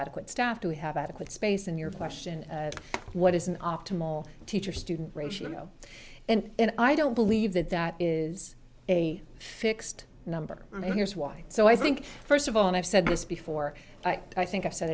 adequate staff to have adequate space in your question what is an optimal teacher student ratio and i don't believe that that is a fixed number i mean here's why so i think first of all and i've said this before i think i've said